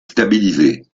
stabilisé